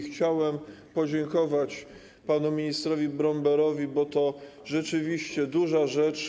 Chciałem podziękować panu ministrowi Bromberowi, bo to rzeczywiście duża rzecz.